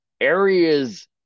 areas